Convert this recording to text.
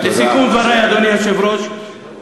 לסיכום דברי, אדוני היושב-ראש,